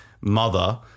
mother